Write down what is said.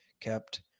kept